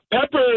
Pepper